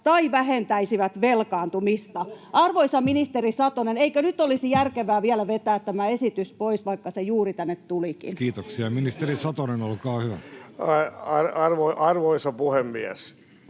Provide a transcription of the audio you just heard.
tai vähentäisivät velkaantumista. Arvoisa ministeri Satonen, eikö nyt olisi järkevää vielä vetää tämä esitys pois, vaikka se juuri tänne tulikin? Kiitoksia. — Ministeri Satonen, olkaa hyvä. Arvoisa puhemies!